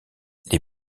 les